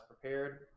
prepared